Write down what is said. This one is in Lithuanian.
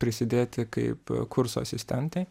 prisidėti kaip kurso asistentei